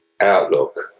outlook